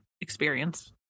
Experience